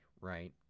right